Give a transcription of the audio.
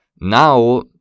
now